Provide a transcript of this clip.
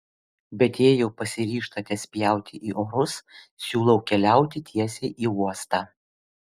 bet jei jau pasiryžtate spjauti į orus siūlau keliauti tiesiai į uostą